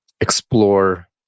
explore